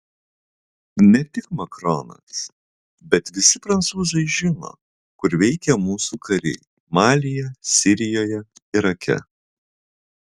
ne tik macronas bet visi prancūzai žino kur veikia mūsų kariai malyje sirijoje irake